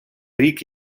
рік